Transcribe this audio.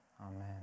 Amen